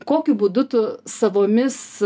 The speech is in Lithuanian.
kokiu būdu tu savomis